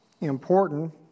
important